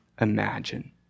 imagine